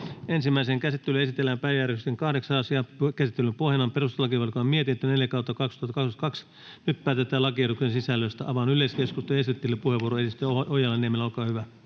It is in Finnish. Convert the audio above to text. Ensimmäiseen käsittelyyn esitellään päiväjärjestyksen 8. asia. Käsittelyn pohjana on perustuslakivaliokunnan mietintö PeVM 4/2022 vp. Nyt päätetään lakiehdotuksen sisällöstä. — Avaan yleiskeskustelun. Esittelypuheenvuoro, edustaja Ojala-Niemelä, olkaa hyvä.